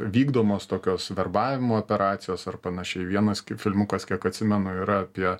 vykdomos tokios verbavimo operacijos ar panašiai vienas filmukas kiek atsimenu yra apie